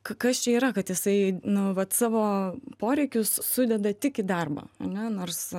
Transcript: kas čia yra kad jisai nu vat savo poreikius sudeda tik į darbą ane nors